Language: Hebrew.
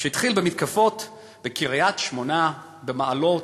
שהתחיל במתקפות בקריית-שמונה, במעלות,